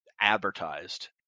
advertised